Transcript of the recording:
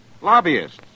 lobbyists